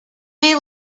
may